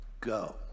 Go